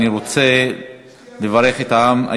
בעד, 11, אין נמנעים, אין מתנגדים.